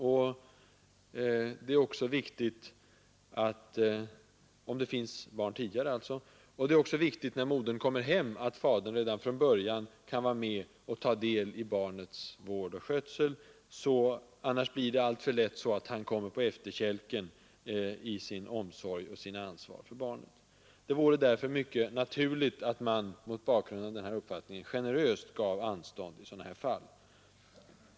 Likaså är det viktigt, om det finns barn tidigare, att fadern redan från början kan vara med och ta del i barnets vård och skötsel. Annars blir det alltför lätt så att han kommer på efterkälken i sin omsorg om och sitt ansvar för barnet. Mot den bakgrunden vore det mycket naturligt att man gav generösa anstånd i sådana här fall.